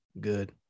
Good